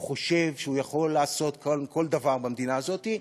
הוא חושב שהוא יכול לעשות כל דבר במדינה הזאת,